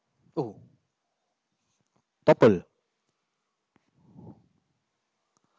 oh double